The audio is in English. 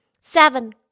seven